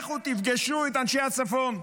לכו תפגשו את אנשי הצפון,